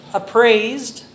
appraised